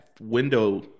window